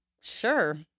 Sure